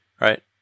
Right